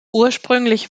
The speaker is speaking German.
ursprünglich